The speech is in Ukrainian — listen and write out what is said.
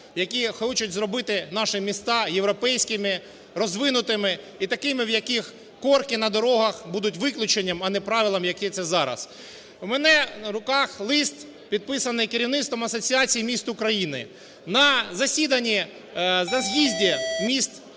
які хочуть зробити наші міста європейськими, розвинутими і такими, в яких корки на дорогах будуть виключенням, а не правилом, яке це зараз. У мене на руках лист, підписаний керівництвом Асоціації міст України на засіданні. На з'їзді міст України